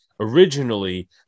originally